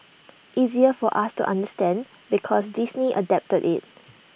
easier for us to understand because Disney adapted IT